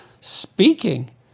speaking